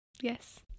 yes